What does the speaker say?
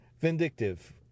vindictive